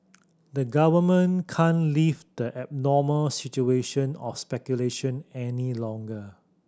the government can't leave the abnormal situation of speculation any longer